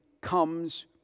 comes